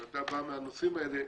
ואתה בא מהנושאים האלה,